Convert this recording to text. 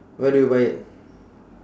where do you buy it